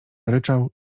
ryczał